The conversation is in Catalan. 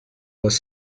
les